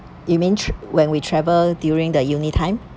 you mean thr~ when we travel during the uni time